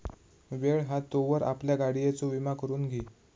वेळ हा तोवर आपल्या गाडियेचो विमा करून घी